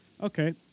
Okay